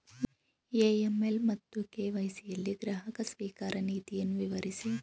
AML ಮತ್ತು KYC ಯಲ್ಲಿ ಗ್ರಾಹಕ ಸ್ವೀಕಾರ ನೀತಿಯನ್ನು ವಿವರಿಸಿ?